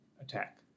attack